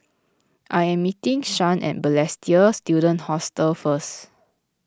I am meeting Shan at Balestier Student Hostel first